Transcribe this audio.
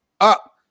up